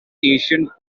ancient